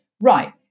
right